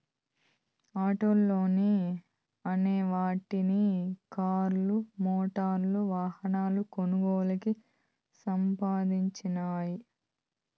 auto లోన్లు అనే వాటిని కార్లు, మోటారు వాహనాల కొనుగోలుకి సంధించినియ్యి